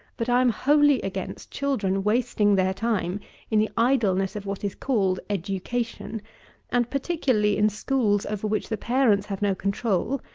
but i am wholly against children wasting their time in the idleness of what is called education and particularly in schools over which the parents have no control,